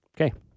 Okay